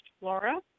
Laura